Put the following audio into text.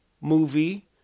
movie